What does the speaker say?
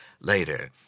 later